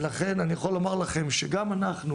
ולכן אני יכול לומר לכם שגם אנחנו